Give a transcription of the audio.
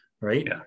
right